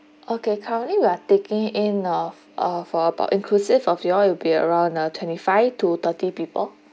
okay currently we are taking in uh uh for about inclusive for you all it'll be around a twenty five to thirty people